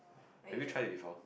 have you tried it before